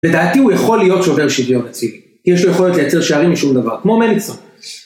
לדעתי הוא יכול להיות שובר שויון אצלי, כי יש לו יכולת לייצר שערים משום דבר, כמו מליקסון.